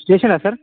స్టేషనరీనా sir